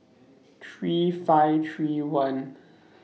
three five three one